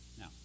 Now